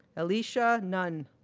alicia nunn,